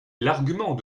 l’argument